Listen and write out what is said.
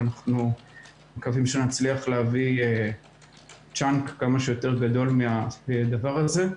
אנחנו מקווים שנצליח להביא נתח כמה שיותר גדול מהדבר הזה,